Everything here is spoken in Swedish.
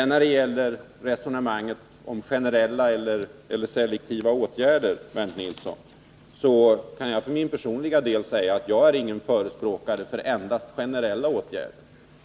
När det sedan gäller resonemanget om generella eller selektiva åtgärder, Bernt Nilsson, kan jag för min personliga del säga att jag inte är någon förespråkare för endast generella åtgärder.